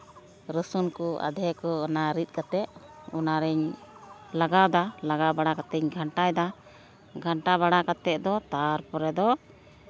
ᱨᱟᱹᱥᱩᱱ ᱠᱚ ᱟᱫᱷᱮ ᱠᱚ ᱚᱱᱟ ᱨᱤᱫᱽ ᱠᱟᱛᱮ ᱚᱱᱟᱨᱮᱧ ᱞᱟᱜᱟᱣᱮᱫᱟ ᱞᱟᱜᱟᱣ ᱵᱟᱲᱟ ᱠᱟᱛᱮ ᱜᱷᱟᱱᱴᱟᱭᱫᱟ ᱜᱷᱟᱱᱴᱟ ᱵᱟᱲᱟ ᱠᱟᱛᱮ ᱫᱚ ᱛᱟᱨᱯᱚᱨᱮ ᱫᱚ